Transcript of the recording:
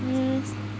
mm